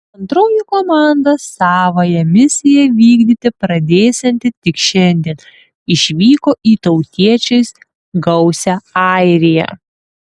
antroji komanda savąją misiją vykdyti pradėsianti tik šiandien išvyko į tautiečiais gausią airiją